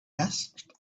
asked